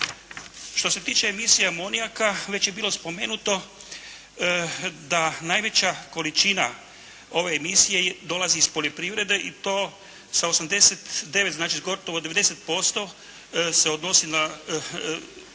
Što se tiče emisija amonijaka, već je bilo spomenuto da najveća količina ove emisije dolazi iz poljoprivrede i to sa 89, znači gotovo 90% se odnosi